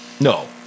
No